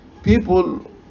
People